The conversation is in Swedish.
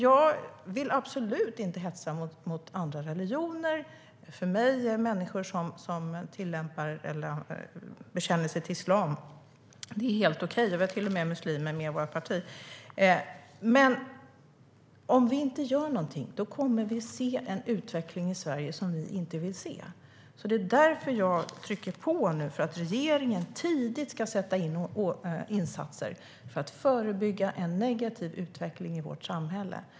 Jag vill absolut inte hetsa mot andra religioner. För mig är det helt okej med människor som bekänner sig till islam. Vi har till och med muslimer med i vårt parti. Men om vi inte gör någonting kommer vi att få se en utveckling i Sverige som vi inte vill se. Det är därför som jag nu trycker på för att regeringen tidigt ska sätta in insatser för att förebygga en negativ utveckling i vårt samhälle.